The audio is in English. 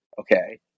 okay